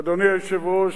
אדוני היושב-ראש,